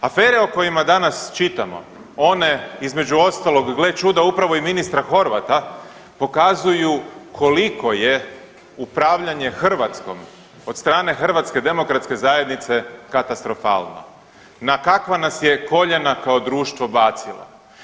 Afere o kojima danas čitamo one između ostalog gle čuda upravo i ministra Horvata pokazuju koliko je upravljanje Hrvatskom od strane Hrvatske demokratske zajednice katastrofalno, na kakva nas je koljena kao društvo bacilo.